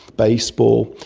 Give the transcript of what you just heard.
baseball,